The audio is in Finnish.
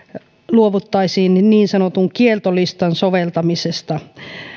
luovuttaisiin niin niin sanotun kieltolistan soveltamisesta